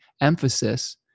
emphasis